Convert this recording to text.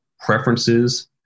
preferences